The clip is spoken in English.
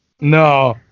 No